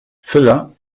füller